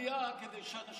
זה מובא למליאה כדי שאנשים,